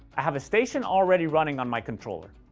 i have a station already running on my controller.